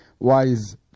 wise